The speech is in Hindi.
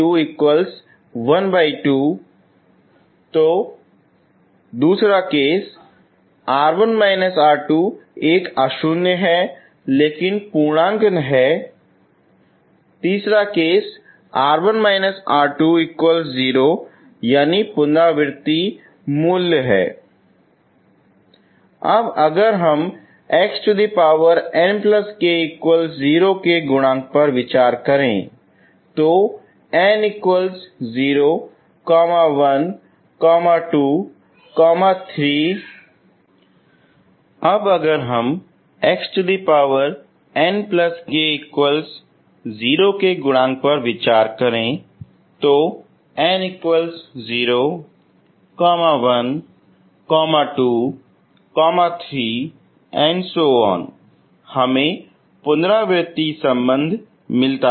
यानी केस 2 एक अशून्य है लेकिन पूर्णा अंक है केस 3 यानि पुनरावृत्ति मूल हैं अब अगर हम x nk 0 के गुणांक पर विचार करें n 012 3 हमें पुनरावृत्ति संबंध मिलता है